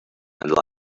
and